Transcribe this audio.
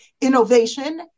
innovation